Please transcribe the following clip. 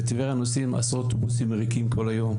בטבריה נוסעים עשרות אוטובוסים ריקים כל היום.